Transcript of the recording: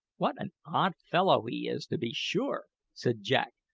what an odd fellow he is, to be sure! said jack,